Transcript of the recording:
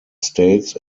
states